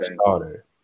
starter